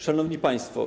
Szanowni Państwo!